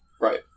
Right